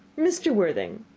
mr. worthing,